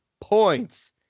points